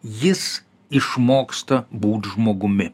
jis išmoksta būt žmogumi